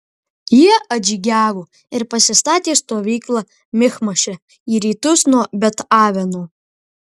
jie atžygiavo ir pasistatė stovyklą michmaše į rytus nuo bet aveno